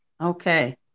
okay